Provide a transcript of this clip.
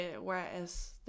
whereas